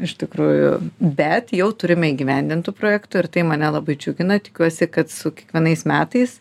iš tikrųjų bet jau turime įgyvendintų projektų ir tai mane labai džiugina tikiuosi kad su kiekvienais metais